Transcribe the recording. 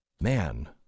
Man